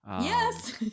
yes